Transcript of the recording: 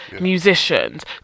musicians